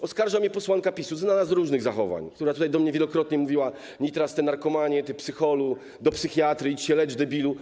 Oskarża mnie posłanka PiS, znana z różnych zachowań, która tutaj do mnie wielokrotnie mówiła: Nitras, ty narkomanie, ty psycholu, do psychiatry, idź się lecz, debilu.